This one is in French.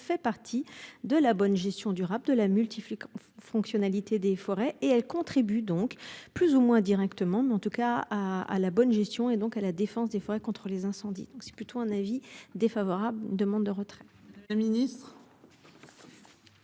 fait partie de la bonne gestion durable de la multiplication fonctionnalités des forêts et elle contribue donc plus ou moins directement mais en tout cas à la bonne gestion et donc à la défense des forêts contre les incendies. Donc c'est plutôt un avis défavorable demande de retrait le ministre.